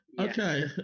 Okay